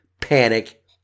panic